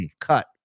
Cut